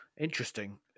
Interesting